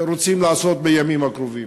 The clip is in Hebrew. רוצים לעשות בימים הקרובים?